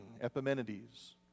Epimenides